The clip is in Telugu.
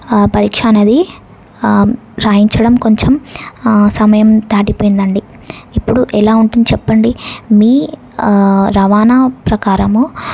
పరీక్ష అనేది వ్రాయించడం కొంచెం సమయం దాటిపోయిందండి ఇప్పుడు ఎలా ఉంటుంది చెప్పండి మీ రవాణా ప్రకారము